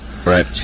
Right